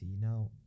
Now